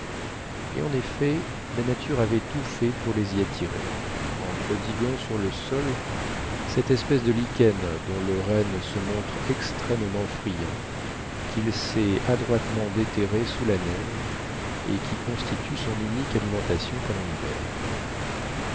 et en effet la nature avait tout fait pour les y attirer en prodiguant sur le sol cette espèce de lichen dont le renne se montre extrêmement friand qu'il sait adroitement déterrer sous la neige et qui constitue son unique alimentation pendant l'hiver